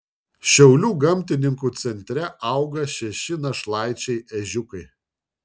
šiaulių gamtininkų centre auga šeši našlaičiai ežiukai